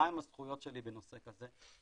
מה הן הזכויות שלי בנושא כזה ואחר.